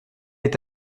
est